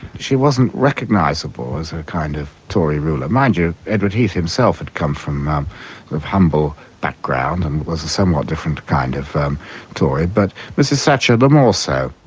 she wasn't recognisable as a kind of tory ruler. mind you, edward heath himself had come from a humble background and was a somewhat different kind of tory, but mrs thatcher the more so.